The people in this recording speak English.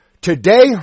Today